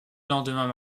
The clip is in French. lendemain